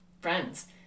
friends